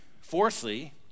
fourthly